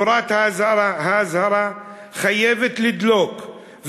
נורת האזהרה חייבת לדלוק,